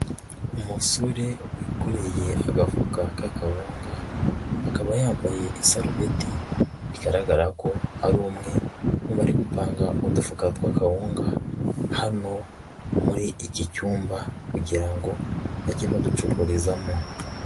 Umusore wikoreye agafuka ka kawunga, akaba yambaye isarubeti, bigaragara ko ari umwe mu bari gupanga udufuka tw'akawunga hano muri iki cyumba, kugira ngo bajye baducururizamo.